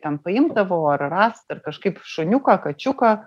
ten paimdavo ar rastą ar kažkaip šuniuką kačiuką